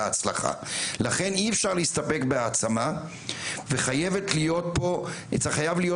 לכן אי אפשר להסתפק בהעצמה וחייב להיות פה